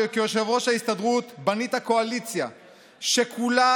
שכיושב-ראש ההסתדרות בנית קואליציה שכולה